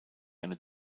eine